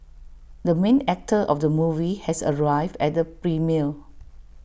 the main actor of the movie has arrived at the premiere